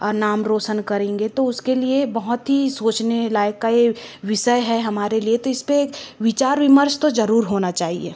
नाम रौशन करेंगे तो उसके लिए बहुत ही सोचने लायक का यह विषय है हमारे लिए तो इस पर विचार विमर्श तो ज़रूर होना चाहिए